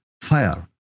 fire